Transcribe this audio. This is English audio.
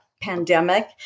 pandemic